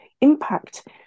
impact